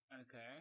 Okay